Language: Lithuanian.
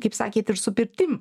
kaip sakėt ir su pirtim